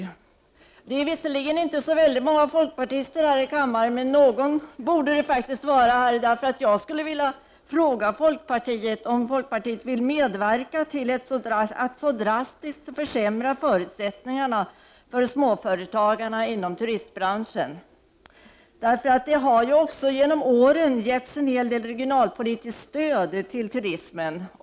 Det är visserligen inte så många folkpartister här i kammaren, men någon borde kunna svara på den fråga som jag skulle vilja ställa: Vill folkpartiet verkligen medverka till att så drastiskt försämra förutsättningarna för småföretagarna i turistbranschen? Det har genom åren getts en hel del regionalpolitiskt stöd till turismen.